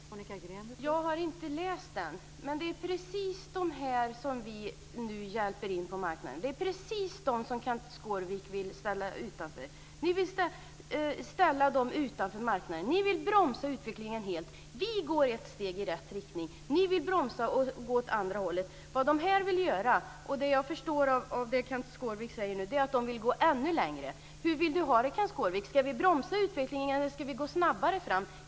Fru talman! Jag har inte läst artikeln. Det är precis dessa vi hjälper in på marknaden. Det är precis dem som Kenth Skårvik vill ställa utanför marknaden. Ni vill bromsa utvecklingen helt. Vi går ett steg i rätt riktning. Ni vill bromsa och gå åt andra hållet. Vad dessa vill göra - och vad jag förstår av det Kenth Skårvik säger - är att de vill gå ännu längre. Hur vill Kenth Skårvik ha det? Ska vi bromsa utvecklingen eller ska vi gå snabbare fram?